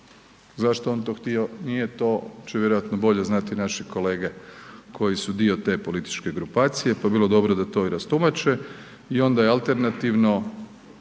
Zašto on to htio nije, to će vjerojatno bolje znati naše kolege koji su dio te političke grupacije, pa bi bilo dobro da to i rastumače i onda je alternativno g.